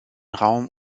raum